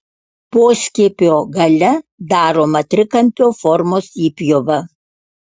poskiepio gale daroma trikampio formos įpjova